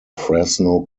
fresno